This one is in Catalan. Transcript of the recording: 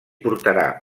portarà